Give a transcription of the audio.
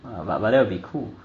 but but that would be cool